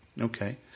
okay